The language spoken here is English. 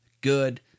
good